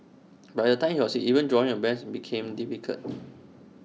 by the time he was six even drawing A breath became difficult